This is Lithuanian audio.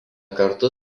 kartu